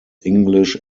english